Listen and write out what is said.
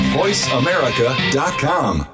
voiceamerica.com